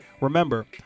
Remember